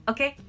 Okay